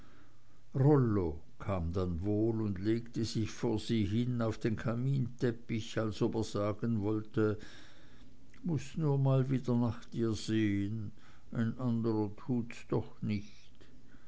rollo kam dann wohl und legte sich vor sie hin auf den kaminteppich als ob er sagen wolle muß nur mal wieder nach dir sehen ein anderer tut's doch nicht